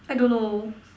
I don't know